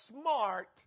smart